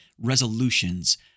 resolutions